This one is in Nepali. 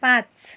पाँच